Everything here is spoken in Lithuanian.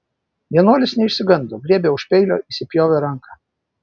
vienuolis neišsigando griebė už peilio įsipjovė ranką